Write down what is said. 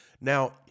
now